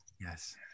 Yes